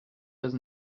dass